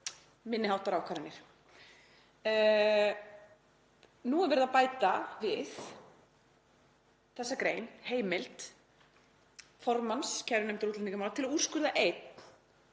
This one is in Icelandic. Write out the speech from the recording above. minni háttar ákvarðanir. Nú er verið að bæta við þessa grein heimild formanns kærunefndar útlendingamála til að úrskurða einn